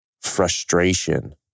frustration